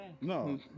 No